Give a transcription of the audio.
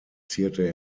zierte